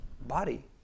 Body